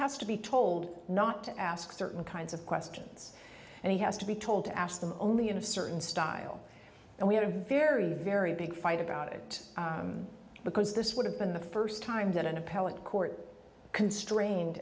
has to be told not to ask certain kinds of questions and he has to be told to ask them only in a certain style and we have a very very big fight about it because this would have been the first time that an appellate court constrained